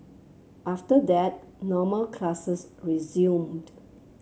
after that normal classes resumed